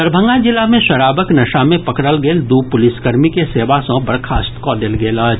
दरभंगा जिला मे शराबक नशा मे पकड़ल गेल दू पुलिसकर्मी के सेवा सॅ बर्खास्त कऽ देल गेल अछि